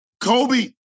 Kobe